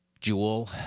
Jewel